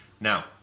Now